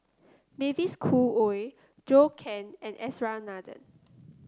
Mavis Khoo Oei Zhou Can and S R Nathan